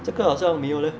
这个好像没有 leh